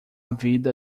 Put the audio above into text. vida